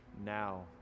now